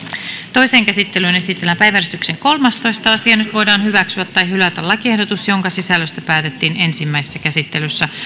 toiseen käsittelyyn esitellään päiväjärjestyksen kolmastoista asia nyt voidaan hyväksyä tai hylätä lakiehdotus jonka sisällöstä päätettiin ensimmäisessä käsittelyssä